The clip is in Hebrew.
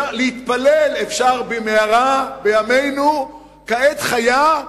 להתפלל אפשר במהרה בימינו, כעת חיה,